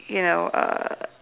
you know err